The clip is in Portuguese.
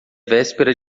véspera